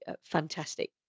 fantastic